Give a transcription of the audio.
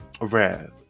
rare